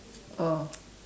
oh